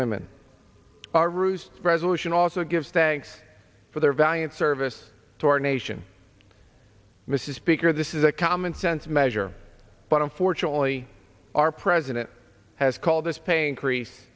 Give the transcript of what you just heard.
women our ruse resolution also gives thanks for their valiant service to our nation mrs speaker this is a common sense measure but unfortunately our president has called this paying crease